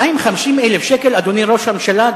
אדוני ראש הממשלה,